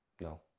No